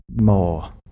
More